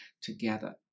together